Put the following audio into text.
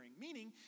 meaning